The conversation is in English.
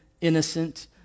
innocent